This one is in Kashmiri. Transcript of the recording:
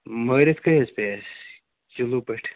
مٲرتھ کٔہۍ حظ پیٚیہِ اَسہِ کِلوٗ پٲٹھۍ